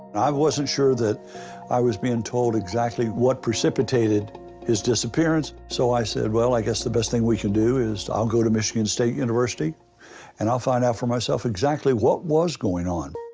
i wasn't sure that i was being told exactly what precipitated his disappearance, so i said, well, i guess the best thing we can do is i'll go to michigan state university and i'll find out for myself exactly what was going on.